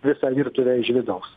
visą virtuvę iš vidaus